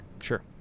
Sure